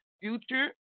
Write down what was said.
Future